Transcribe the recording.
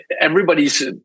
everybody's